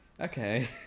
okay